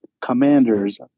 commanders